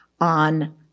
on